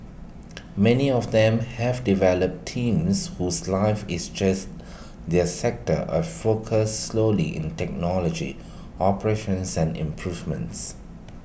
many of them have developed teams whose life is just their sector A focus solely technology operations and improvements